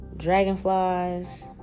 dragonflies